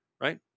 right